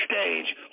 stage